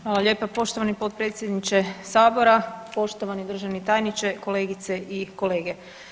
Hvala lijepa poštovani potpredsjedniče sabora, poštovani državni tajniče, kolegice i kolege.